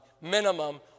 Minimum